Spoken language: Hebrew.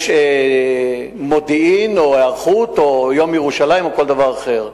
כשיש מודיעין או היערכות או יום ירושלים או כל דבר אחר.